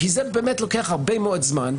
כי זה באמת לוקח הרבה מאוד זמן.